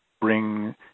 bring